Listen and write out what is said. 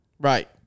Right